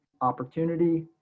Opportunity